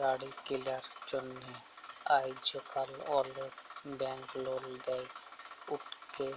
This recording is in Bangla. গাড়ি কিলার জ্যনহে আইজকাল অলেক ব্যাংক লল দেই, উটকে